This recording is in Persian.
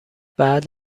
بعد